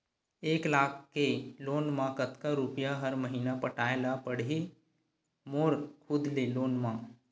एक लाख के लोन मा कतका रुपिया हर महीना पटाय ला पढ़ही मोर खुद ले लोन मा?